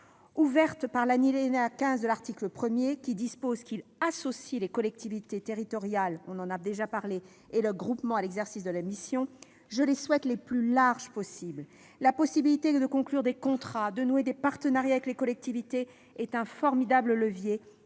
ouvertes par l'alinéa 15 de l'article 1, qui dispose qu'il « associe les collectivités territoriales et leurs groupements à l'exercice de ses missions », soient le plus larges possible. La possibilité de conclure des contrats et de nouer des partenariats avec les collectivités est un formidable levier